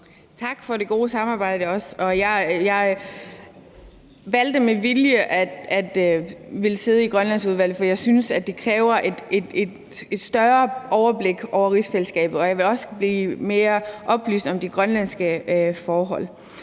Tak for det gode samarbejde også. Jeg valgte med vilje at sidde i Grønlandsudvalget, for jeg synes, at det kræver et større overblik over rigsfællesskabet, og jeg ønsker også blive mere oplyst om de grønlandske forhold.